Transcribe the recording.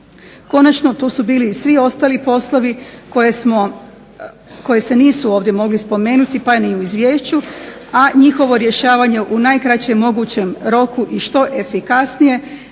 Konačno tu su bili svi ostali poslovi koji se nisu mogli ovdje spomenuti pa ni u izvješću, a njihovo rješavanje u najkraćem mogućem roku i što efikasnije